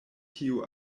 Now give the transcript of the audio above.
tiu